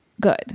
good